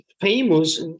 famous